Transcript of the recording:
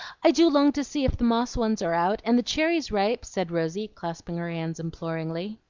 i do long to see if the moss ones are out, and the cherries ripe, said rosy, clasping her hands imploringly.